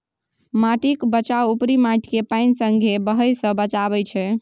माटिक बचाउ उपरी माटिकेँ पानि संगे बहय सँ बचाएब छै